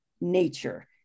nature